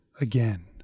again